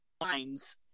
lines